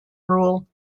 rule